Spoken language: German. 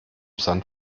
sand